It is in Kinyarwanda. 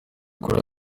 kuri